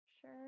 sure